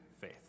faith